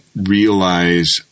realize